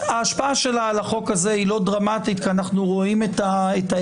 ההשפעה שלה על החוק הזה היא לא דרמטית כי אנחנו רואים את ההיקפים.